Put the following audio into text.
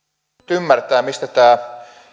ymmärtää mistä tämä